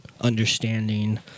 understanding